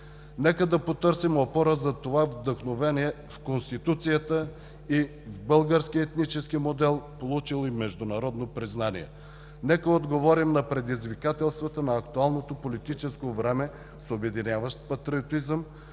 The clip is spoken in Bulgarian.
Нека да потърсим опора за това вдъхновение в Конституцията и българския етнически модел, получил и международно признание. Нека да отговорим на предизвикателствата на актуалното политическо време с обединяващ патриотизъм,